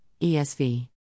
ESV